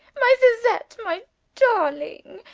my zezette! my darling!